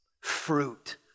fruit